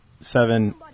seven